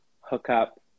hookup